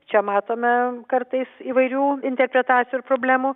čia matome kartais įvairių interpretacijų ir problemų